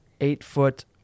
eight-foot